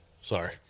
Sorry